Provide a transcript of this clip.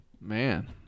Man